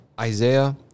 Isaiah